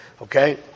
okay